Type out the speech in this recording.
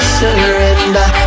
surrender